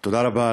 תודה רבה,